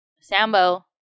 Sambo